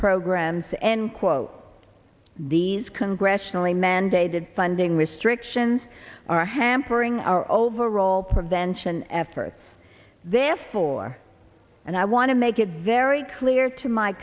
programs end quote these congressionally mandated funding restrictions are hampering our overall prevention efforts therefore and i want to make it very clear to my